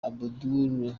abdul